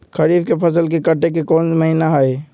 खरीफ के फसल के कटे के कोंन महिना हई?